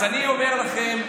אז אני אומר לכם,